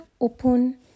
open